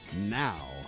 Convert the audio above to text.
now